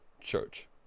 church